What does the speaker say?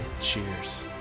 cheers